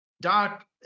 Doc